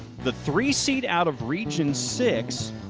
the three seed out of region six.